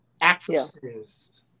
actresses